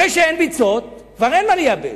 כשאין ביצות, כבר אין מה לייבש.